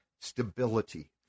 stability